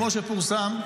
כמו שפורסם,